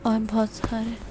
اور بہت سارے